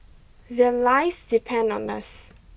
their lives depend on us